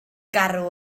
garw